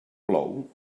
plou